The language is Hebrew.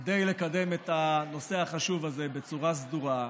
כדי לקדם את הנושא החשוב הזה בצורה סדורה.